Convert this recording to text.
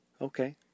Okay